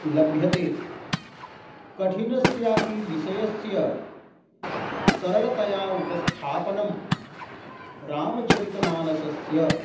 लभ्यते कठिनस्यापि विषयस्य सरलतया उपस्थापनं रामचरितमानसस्य